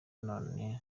none